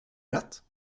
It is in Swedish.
rätt